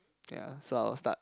ya so I will start